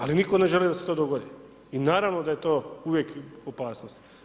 Ali nitko ne želi da se to dogodi i naravno da je to uvijek opasnost.